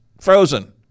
Frozen